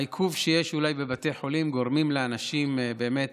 העיכוב שיש, אולי, בבתי חולים גורמים לאנשים באמת